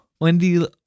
Wendy